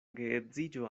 geedziĝo